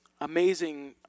amazing